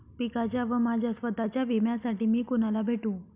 पिकाच्या व माझ्या स्वत:च्या विम्यासाठी मी कुणाला भेटू?